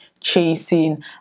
chasing